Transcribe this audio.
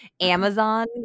Amazon